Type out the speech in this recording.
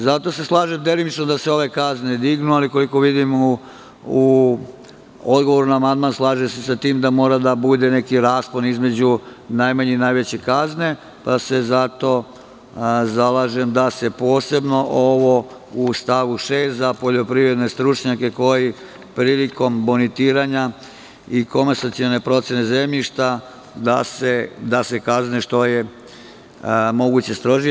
Zato se slažem, delimično, da se ove kazne dignu, ali koliko vidim u odgovoru na amandman slaže se sa tim da mora da bude neki raspon između najmanje i najveće kazne, pa se zato zalažem da se posebno ovo u stavu 6. - poljoprivredni stručnjaci koji prilikom bonitiranja i komasacione procene zemljišta da se kazne što je moguće strožije.